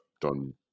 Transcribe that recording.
done